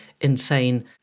insane